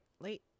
late